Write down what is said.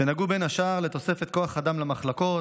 והן נגעו בין השאר לתוספת כוח אדם למחלקות,